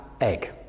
egg